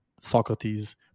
Socrates